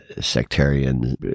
sectarian